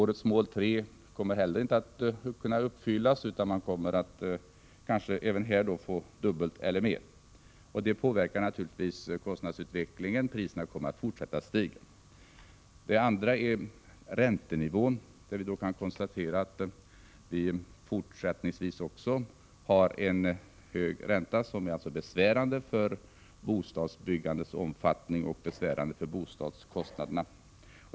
Årets mål 3 76 kommer heller inte att kunna uppfyllas, utan man kommer kanske att även nu få dubbelt — eller mer. Detta påverkar naturligtvis kostnadsutvecklingen. Priserna kommer att fortsätta stiga. Det andra är räntenivån. Vi kan konstatera att vi även fortsättningsvis har en hög ränta, vilket är besvärande för bostadsbyggandets omfattning och för bostadskostnaderna.